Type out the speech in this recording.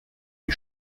die